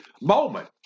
moment